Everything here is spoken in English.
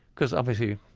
because, obviously,